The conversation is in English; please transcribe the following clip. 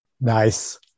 Nice